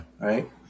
Right